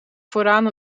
vooraan